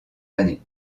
années